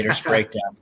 breakdown